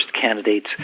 candidates